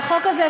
על החוק הזה,